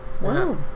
wow